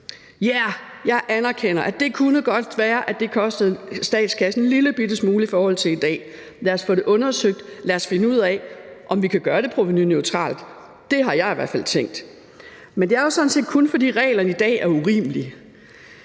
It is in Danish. Ja, jeg anerkender, at det godt kunne være, at det kostede statskassen en lillebitte smule mere i forhold til i dag. Lad os få det undersøgt, lad os finde ud af, om vi kan gøre det provenuneutralt. Det har jeg i hvert fald tænkt. Men det er jo sådan set kun, fordi reglerne i dag er urimelige.